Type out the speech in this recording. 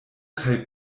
kaj